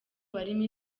barimo